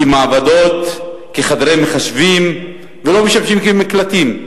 כמעבדות, כחדרי מחשבים, ולא משמשים כמקלטים.